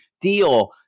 deal